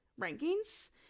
rankings